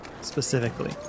specifically